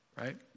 right